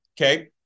okay